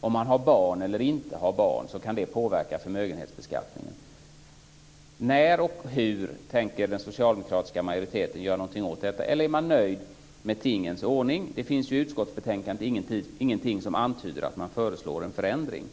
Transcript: Om man har barn eller inte kan påverka förmögenhetsbeskattningen. När och hur tänker den socialdemokratiska majoriteten göra någonting åt detta, eller är man nöjd med tingens ordning? Det finns i utskottsbetänkandet ingenting som antyder att man föreslår en förändring.